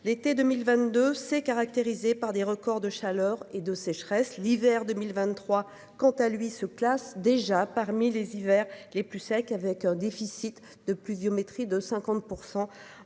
L'été 2022 s'est caractérisée par des records de chaleur et de sécheresse. L'hiver 2023, quant à lui se classe déjà parmi les hivers les plus sec avec un déficit de pluviométrie de 50%